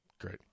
Great